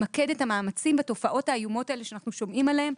למקד את המאמצים בתופעות האיומות האלה שאנחנו שומעים עליהם.